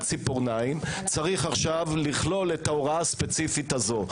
ציפורניים צריך עכשיו לכלול את ההוראה הספציפית הזו.